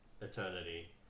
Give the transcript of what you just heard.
eternity